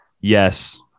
Yes